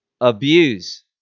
abuse